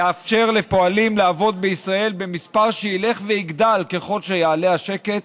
לאפשר לפועלים לעבוד בישראל במספר שילך ויגדל ככל שיעלה השקט,